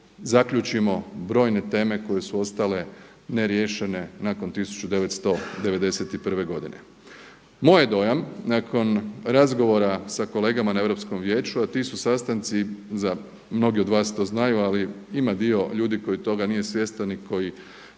zaključimo brojne teme koje su ostale neriješene nakon 91. godine. Moj je dojam nakon razgovara sa kolegama na Europskom vijeću, a ti su sastanci za, mnogi od vas to znaju, ali ima dio ljudi koji toga nije svjestan i koji